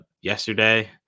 yesterday